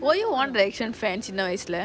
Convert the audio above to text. were you one direction fan chinna vayasula